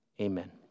Amen